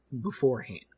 beforehand